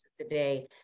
today